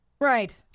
Right